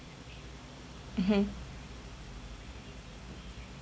mmhmm